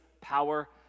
power